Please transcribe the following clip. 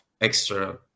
extra